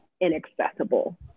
inaccessible